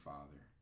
Father